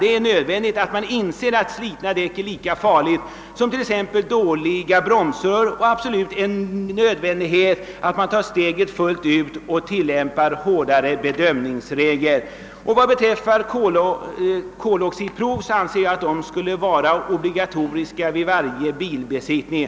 Det är nödvändigt att inse att slitna däck är lika farliga som t.ex. dåliga bromsrör och att man måste ta steget fullt ut och tillämpa hårdare bedömningsregler. Vad beträffar koloxidproven anser jag att sådana skulle vara obligatoriska vid varje bilbesiktning.